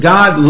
God